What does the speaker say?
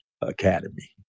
academy